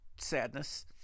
sadness